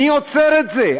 מי עוצר את זה?